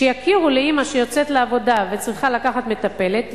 שיכירו לאמא שיוצאת לעבודה וצריכה לקחת מטפלת,